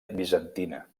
bizantina